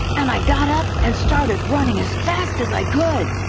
and i got up and started running as fast as i could!